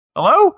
Hello